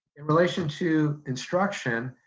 in relation to instruction,